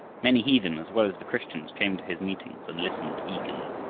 many heathen as well as the christians came to his meetings and listened eagerly.